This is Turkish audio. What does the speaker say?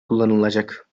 kullanılacak